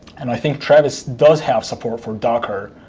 and i think travis does have support for docker.